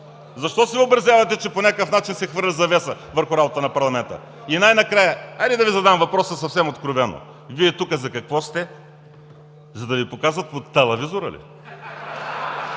Защо си въобразявате, че по някакъв начин се хвърля завеса върху работата на парламента? Най-накрая, хайде да Ви задам въпроса съвсем откровено: Вие тук за какво сте? – За да Ви показват по телевизора ли?